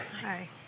Hi